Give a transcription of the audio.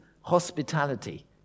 hospitality